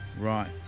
Right